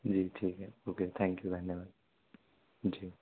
जी ठीक है okay thank you धन्यवाद जी